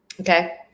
Okay